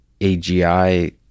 AGI